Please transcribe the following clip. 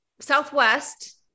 Southwest